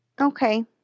Okay